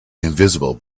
invisible